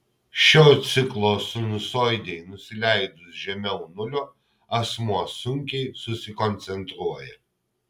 šio ciklo sinusoidei nusileidus žemiau nulio asmuo sunkiai susikoncentruoja